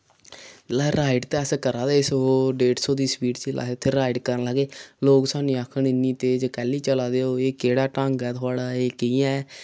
ride ते अस करा दे हे सौ डेढ़ सौ दी स्पीड च जेल्लै अस उत्थै राइड करन लगे लोक साह्नूं आक्खन इन्नी तेज कैली चला दे ओह् एह् केह्ड़ा ढंग ऐ थुआढ़ा एह् केह् ऐ